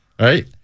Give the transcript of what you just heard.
right